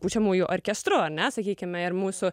pučiamųjų orkestru ar ne sakykime ir mūsų